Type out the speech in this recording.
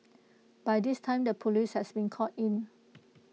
by this time the Police has been called in